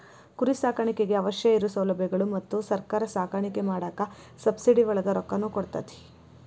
ಕುರಿ ಸಾಕಾಣಿಕೆಗೆ ಅವಶ್ಯ ಇರು ಸೌಲಬ್ಯಗಳು ಮತ್ತ ಸರ್ಕಾರಾ ಸಾಕಾಣಿಕೆ ಮಾಡಾಕ ಸಬ್ಸಿಡಿ ಒಳಗ ರೊಕ್ಕಾನು ಕೊಡತತಿ